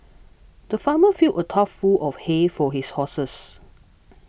the farmer filled a tough full of hay for his horses